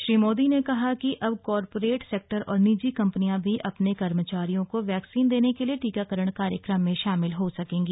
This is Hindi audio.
श्री मोदी ने कहा कि अब कॉरपोरेट सेक्टर और निजी कंपनियां भी अपने कर्मचारियों को वैक्सीन देने के लिए टीकाकरण कार्यक्रम में शामिल हो सकेंगी